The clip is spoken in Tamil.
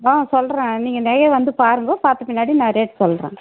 ஆ சொல்கிறேன் நீங்கள் நகைய வந்து பாருங்கோ பார்த்த பின்னாடி நான் ரேட் சொல்கிறேன்